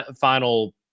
final